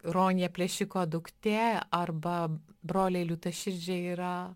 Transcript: ronja plėšiko duktė arba broliai liūtaširdžiai yra